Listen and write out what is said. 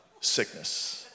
sickness